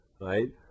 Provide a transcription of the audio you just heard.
right